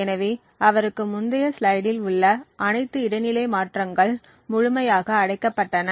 எனவே அவருக்கு முந்தைய ஸ்லைடில் உள்ள அனைத்து இடைநிலை மாற்றங்கள் முழுமையாக அடைக்கப்பட்டன